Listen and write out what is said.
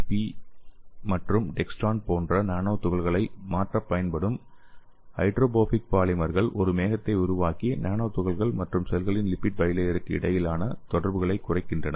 B மற்றும் dextran போன்ற nano துகள்களை மாற்ற பயன்படும் ஹைட்ரோஃபிலிக் பாலிமர்கள் ஒரு மேகத்தை உருவாக்கி நானோ துகள்கள் மற்றும் செல்களின் லிப்பிட் பை லேயருக்கு இடையிலான தொடர்புகளை குறைக்கின்றன